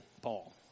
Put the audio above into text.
Paul